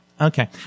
Okay